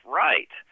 right